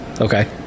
Okay